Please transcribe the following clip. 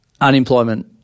unemployment